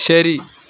ശരി